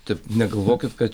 taip negalvokit kad